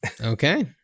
okay